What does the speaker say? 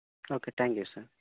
okay thank you sir